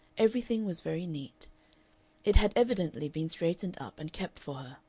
everything was very neat it had evidently been straightened up and kept for her.